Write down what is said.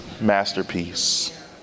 masterpiece